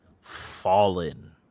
Fallen